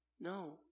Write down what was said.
No